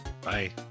Bye